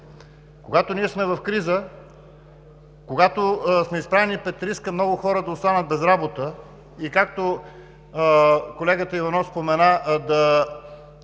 Когато ние сме в криза, когато сме изправени пред риска много хора да останат без работа и, както колегата Иванов спомена, да